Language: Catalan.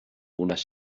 unes